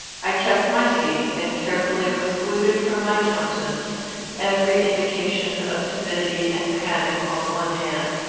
i kept my seat, and carefully excluded from my countenance every indication of timidity and panic on the one hand,